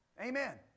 Amen